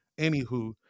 Anywho